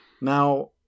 Now